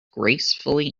gracefully